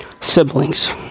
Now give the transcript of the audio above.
Siblings